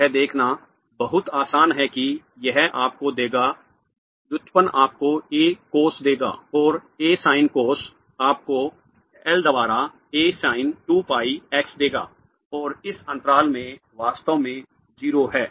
यह देखना बहुत आसान है कि यह आपको देगा व्युत्पन्न आपको a cos देगा और a sin cos आपको L द्वारा a sin 2 pi x देगा और इस अंतराल में वास्तव में 0 है